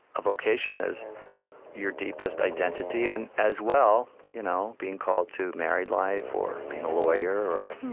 a vocation is your deepest identity, and as well, you know being called to married life, or being a lawyer, or a